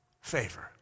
favor